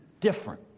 different